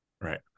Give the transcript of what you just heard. right